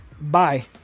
Bye